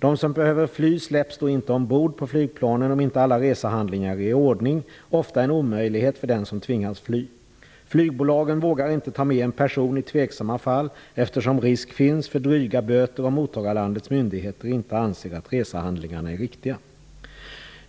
De som behöver fly släpps då inte ombord på flygplanen om inte alla resehandlingar är i ordning - ofta en omöjlighet för den som tvingats fly. Flygbolagen vågar inte ta med en person i tveksamma fall, eftersom risk finns för dryga böter om mottagarlandets myndigheter inte anser att resehandlingarna är riktiga.